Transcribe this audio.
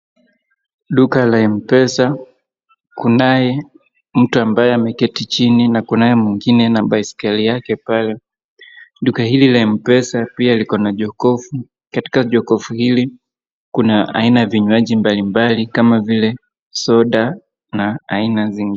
Duka la Mpesa, kunaye mtu ambaye ameketi chini, na kunaye mwingine na baiskeli yake pale. Duka hili la Mpesa pia lilo na jokofu, katika jokofu hili kuna aina ya vinywaji mbali mbali, kama vile soda, na aina zingine.